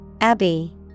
Abbey